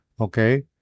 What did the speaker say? Okay